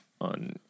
on